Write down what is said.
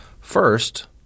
first